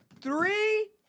three